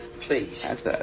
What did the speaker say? Please